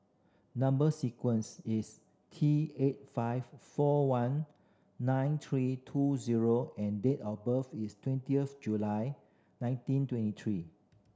number sequence is T eight five four one nine three two zero and date of birth is twenty of July nineteen twenty three